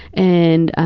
and